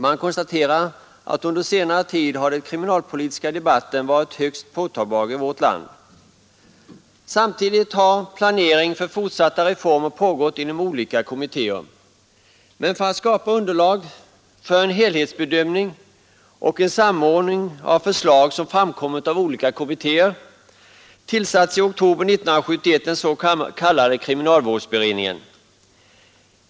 Man konstaterar att under senare tid har den kriminalpolitiska debatten varit högst påtagbar i vårt land. Samtidigt har planering för fortsatta reformer pågått inom olika kommittéer. För att skapa underlag för en helhetsbedömning och en samordning av förslag som framkommit av olika kommittéer tillsattes i oktober 1971 den s.k. kriminalvårdsberedningen.